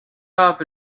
off